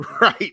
right